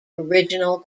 original